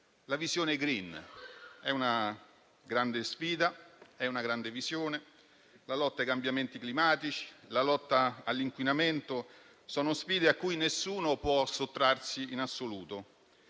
La visione *green* è una grande sfida e una grande visione; la lotta ai cambiamenti climatici e la lotta all'inquinamento sono sfide a cui nessuno può sottrarsi in assoluto.